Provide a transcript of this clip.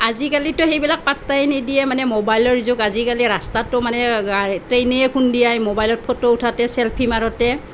আজিকালিতো সেইবিলাক পাত্তাই নিদিয়ে মানে ম'বাইলৰ যুগ আজিকালি ৰাস্তাততো মানে ট্ৰেইনে খুন্দিয়ায় ম'বাইলত ফটো উঠোঁতে চেল্ফি মাৰোঁতে